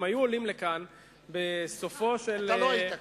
הם היו עולים לכאן בסופו, אתה לא היית כאן.